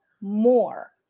more